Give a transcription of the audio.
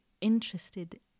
interested